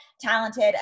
talented